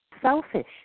selfish